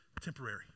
temporary